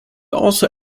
also